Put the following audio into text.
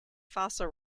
fossil